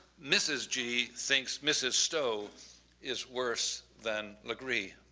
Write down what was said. mrs. g. thinks mrs. stow is worse than legree.